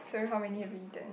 so how many have you eaten